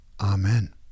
Amen